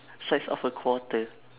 size of a quarter